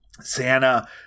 santa